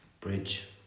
bridge